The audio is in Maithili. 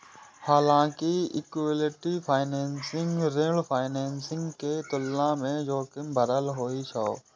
हालांकि इक्विटी फाइनेंसिंग ऋण फाइनेंसिंग के तुलना मे जोखिम भरल होइ छै